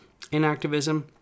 Inactivism